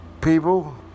people